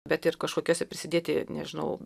bet ir kažkokiose prisidėti nežinau